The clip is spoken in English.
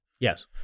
Yes